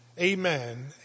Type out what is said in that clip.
Amen